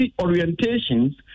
orientations